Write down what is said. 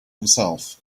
himself